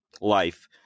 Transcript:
life